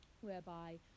whereby